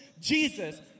jesus